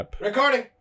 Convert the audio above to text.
Recording